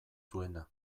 zuena